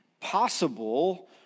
possible